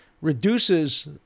reduces